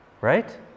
right